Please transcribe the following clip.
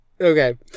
okay